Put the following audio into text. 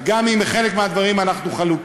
גם אם על חלק מהדברים אנחנו חלוקים.